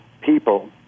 people